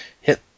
hit